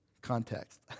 context